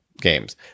games